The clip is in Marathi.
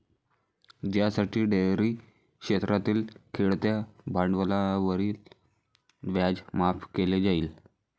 ज्यासाठी डेअरी क्षेत्रातील खेळत्या भांडवलावरील व्याज माफ केले जाईल